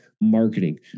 marketing